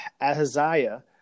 Ahaziah